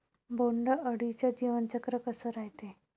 बोंड अळीचं जीवनचक्र कस रायते?